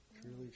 truly